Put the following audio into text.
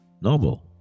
novel